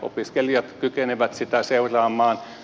opiskelijat kykenevät sitä seuraamaan